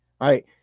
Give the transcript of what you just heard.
Right